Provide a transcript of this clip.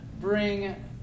bring